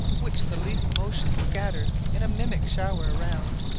which the least motion scatters in a mimic shower around,